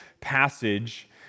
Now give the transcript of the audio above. passage